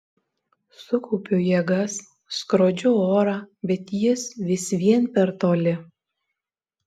sukaupiu jėgas skrodžiu orą bet jis vis vien per toli